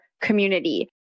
community